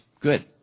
Good